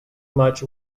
much